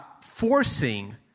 forcing